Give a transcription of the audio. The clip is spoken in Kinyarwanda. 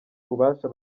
ububasha